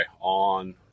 on